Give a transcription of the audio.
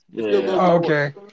Okay